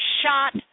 shot